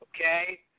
Okay